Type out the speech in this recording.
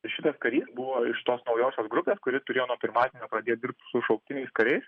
šitas karys buvo iš tos naujosios grupės kuri turėjo nuo pirmadienio pradėt dirbt su šauktiniais kariais